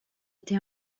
été